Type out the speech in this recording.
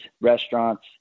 restaurants